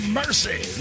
mercy